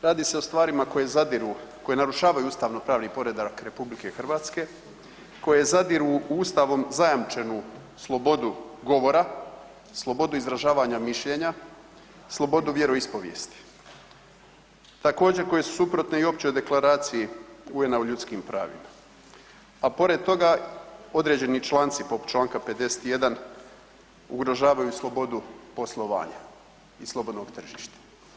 Radi se o stvarima koje zadiru, koje narušavaju ustavno pravni poredak RH, koje zadiru u ustavom zajamčenu slobodu govora, slobodu izražavanja mišljenja, slobodu vjeroispovijesti, također koje su suprotne i Općoj deklaraciji UN-a o ljudskim pravima a pored toga određeni članci poput čl. 51. ugrožavaju slobodu poslovanja i slobodnog tržišta.